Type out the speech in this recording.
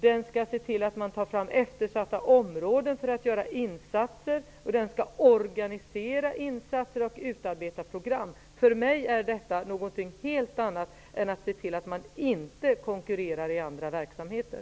Den skall se till att man tar fram eftersatta områden för att göra insatser. Den skall organisera insatser och utarbeta program. För mig innebär detta något helt annat än att man ser till att man inte konkurrerar i andra verksamheter.